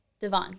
Devon